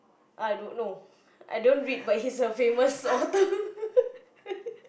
I don't know I don't read but he's a famous author